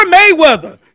Mayweather